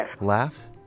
laugh